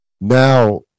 Now